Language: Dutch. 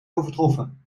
overtroffen